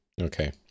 Okay